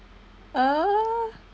ah